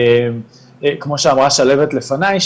אז כמו שאמרה שלהבת לפניי,